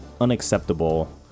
unacceptable